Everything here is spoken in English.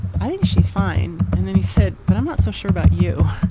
i think she's fine. and then he said, but i'm not so sure about you.